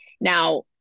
now